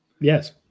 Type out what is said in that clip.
Yes